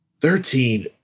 Thirteen